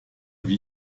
wie